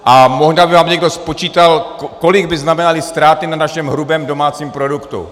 A možná by vám někdo spočítal, kolik by znamenaly ztráty na našem hrubém domácím produktu.